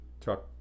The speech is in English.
truck